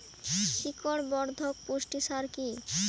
শিকড় বর্ধক পুষ্টি সার কি?